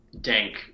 dank